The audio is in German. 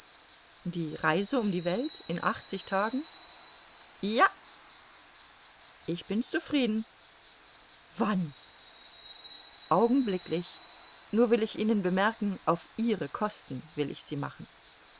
die reise um die welt in achtzig tagen ja ich bin's zufrieden wann augenblicklich nur will ich ihnen bemerken auf ihre kosten will will ich sie machen